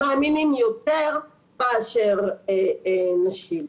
מאמינים יותר מאשר נשים.